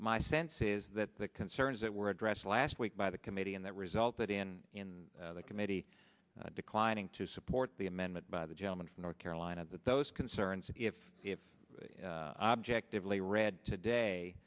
my sense is that the concerns that were addressed last week by the committee and that resulted in in the committee declining to support the amendment by the gentleman from north carolina that those concerns if you have objectively read today